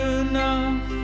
enough